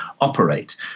operate